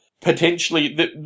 potentially